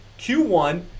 Q1